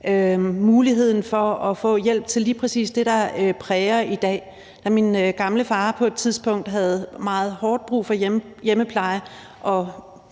muligheden for at få hjælp til lige præcis det, der præger dem i dag. Da min gamle far på et tidspunkt havde meget hårdt brug for hjemmepleje og